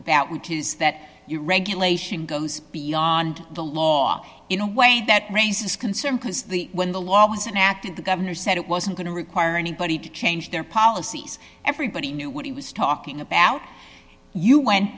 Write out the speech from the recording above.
about which is that you regulation goes beyond the law in a way that raises concern because the when the law was enacted the governor said it wasn't going to require anybody to change their policies everybody knew what he was talking about you went